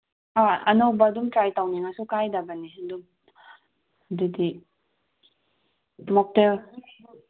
ꯑꯥ ꯑꯅꯧꯕ ꯑꯃ ꯇ꯭ꯔꯥꯏ ꯇꯧꯅꯤꯡꯉꯁꯨ ꯀꯥꯏꯗꯕꯅꯤ ꯑꯗꯨꯝ ꯑꯗꯨꯗꯤ ꯃꯣꯛꯇꯦꯜ